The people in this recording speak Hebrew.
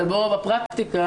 אבל בפרקטיקה,